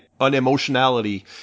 unemotionality